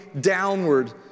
downward